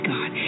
God